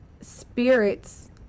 spirits